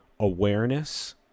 Awareness